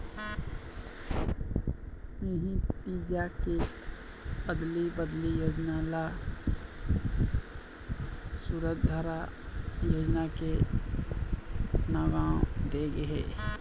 इही बीजा के अदली बदली योजना ल सूरजधारा योजना के नांव दे गे हे